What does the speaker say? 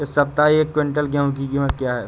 इस सप्ताह एक क्विंटल गेहूँ की कीमत क्या है?